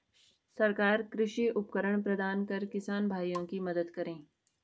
सरकार कृषि उपकरण प्रदान कर किसान भाइयों की मदद करें